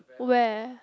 where